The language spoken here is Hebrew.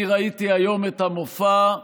אני ראיתי היום את המופע,